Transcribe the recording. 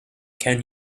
can